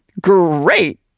Great